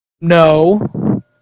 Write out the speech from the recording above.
No